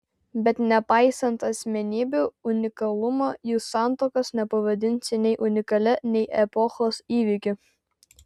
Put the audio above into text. bet nepaisant asmenybių unikalumo jų santuokos nepavadinsi nei unikalia nei epochos įvykiu